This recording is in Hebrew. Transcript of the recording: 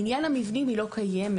בעניין המבנים היא לא קיימת.